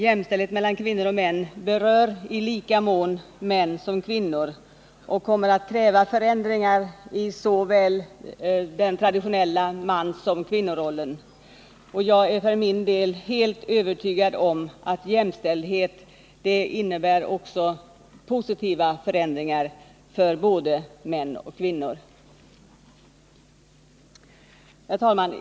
Jämställdhet mellan kvinnor och män Torsdagen den berör i lika mån män som kvinnor och kommer att kräva förändringar i den traditionella såväl manssom kvinnorollen. Jag är för min del helt övertygad om att jämställdhet också innebär positiva förändringar för både män och Herr talman!